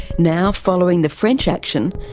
now, following the french action,